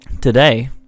today